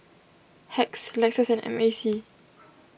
Hacks Lexus and M A C